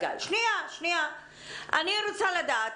אני רוצה לדעת,